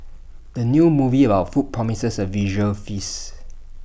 the new movie about food promises A visual feast